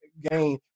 gain